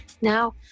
Now